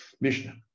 Mishnah